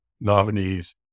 nominees